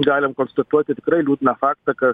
galim konstatuoti tikrai liūdną faktą kad